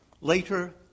Later